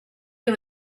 you